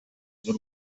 z’u